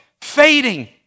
fading